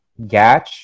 Gatch